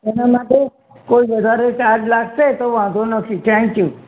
એનાં માટે કોઈ વધારે ચાર્જ લાગશે તો વાંધો નથી થેંક યુ